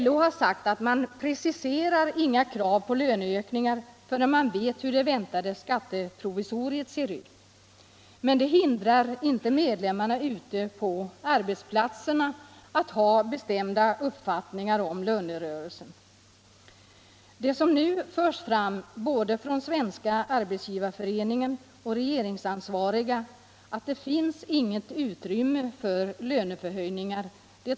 LO har sagt att man preciserar inga krav på löneökningar förrän man vet hur det väntade skatteprovisoriet ser ut. Men det hindrar inte medlemmarna ute på arbetsplatserna att ha bestämda uppfattningar om lönerörelsen. Det som nu förts fram både från Svenska arbetsgivareför Allmänpolitisk debatt Allmänpolitisk debatt eningen och från regeringsansvariga, att det inte finns något utrymme för löneförhöjningar.